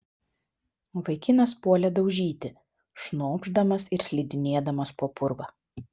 vaikinas puolė daužyti šnopšdamas ir slidinėdamas po purvą